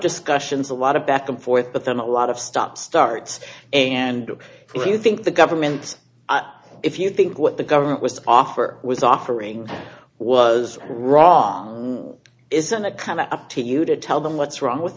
discussions a lot of back and forth but then a lot of stop starts and when you think the government if you think what the government was to offer was offering was wrong isn't it kind of up to you to tell them what's wrong with